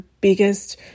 biggest